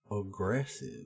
aggressive